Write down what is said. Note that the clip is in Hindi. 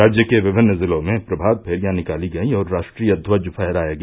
राज्य के विभिन्न जिलों में प्रमातफेरियां निकाली गयीं और राष्ट्रीय ध्वज फहराया गया